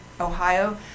Ohio